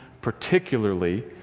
particularly